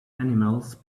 animals